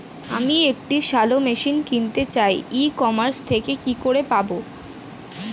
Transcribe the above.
আমি একটি shallow machine কিনতে চাই ই কমার্স থেকে কি করে পাবো?